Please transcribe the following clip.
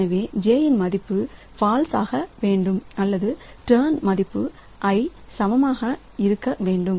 எனவே jயின் மதிப்பு ஃபால்ஸ் சாக வேண்டும் அல்லது டர்ன் மதிப்பு i சமமானதாக இருக்க வேண்டும்